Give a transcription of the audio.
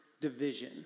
division